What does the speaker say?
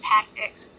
Tactics